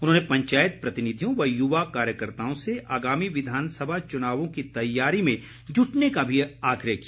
उन्होंने पंचायत प्रतिनिधियों व युवा कार्यकर्ताओं से आगामी विधानसभा चुनावों की तैयारी में जुटने का भी आग्रह किया